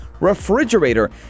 refrigerator